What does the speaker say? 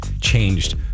changed